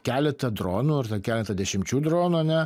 keletą dronų keletą dešimčių dronų ane